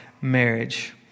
marriage